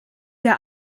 der